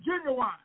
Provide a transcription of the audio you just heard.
genuine